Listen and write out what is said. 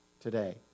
today